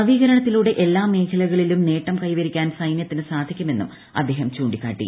നവീകരണത്തിലൂടെ എല്ലാ മേഖലകളിലും നേട്ടം കൈവരിക്കാൻ സൈനൃത്തിന് സാധിക്കുമെന്നും അദ്ദേഹം ചൂണ്ടിക്കാട്ടി